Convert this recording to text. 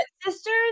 Sisters